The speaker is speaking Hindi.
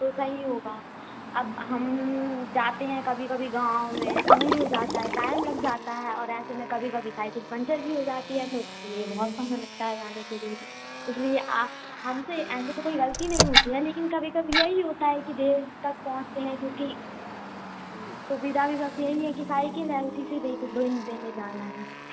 तो सही होगा अब हम जाते हैं कभी कभी गाँव में दूर हो जाता है टाइम लग जाता है और ऐसे में कभी कभी साइकिल पंचर भी हो जाती है तो इसके लिए बहुत समय लगता है जाने के लिए इसलिए हमसे ऐसे तो कोई गलती नही होती है लेकिन कभी कभी यही होता है की देर तक पहुँचते हैं क्योंकि सुविधा भी बस यही है की साइकिल है उसी से देके देने जाना है